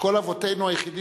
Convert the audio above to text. לאופנוע שהם